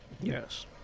Yes